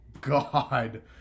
God